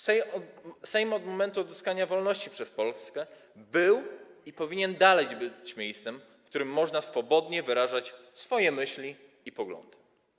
Sejm od momentu odzyskania wolności przez Polskę był i powinien dalej być miejscem, w którym można swobodnie wyrażać swoje myśli i poglądy.